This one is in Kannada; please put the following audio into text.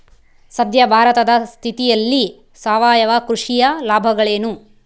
ಸದ್ಯ ಭಾರತದ ಸ್ಥಿತಿಯಲ್ಲಿ ಸಾವಯವ ಕೃಷಿಯ ಲಾಭಗಳೇನು?